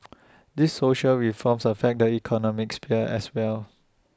these social reforms affect the economic sphere as well